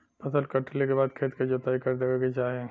फसल कटले के बाद खेत क जोताई कर देवे के चाही